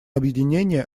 объединения